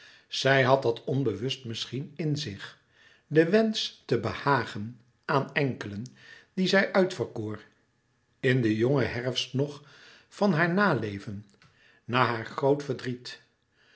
zij had dat onbewust misschien in zich den wensch te behagen louis couperus metamorfoze aan enkelen die zij uitverkoor in den jongen herfst nog van haar naleven na haar groot verdriet